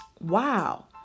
wow